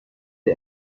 the